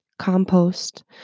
compost